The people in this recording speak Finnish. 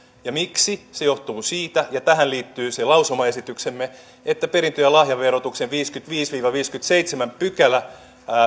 ja miksi ei se johtuu siitä ja tähän liittyy se lausumaesityksemme että perintö ja lahjaverotuksen viideskymmenesviides viiva viideskymmenesseitsemäs pykälä